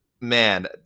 man